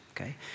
okay